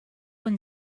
when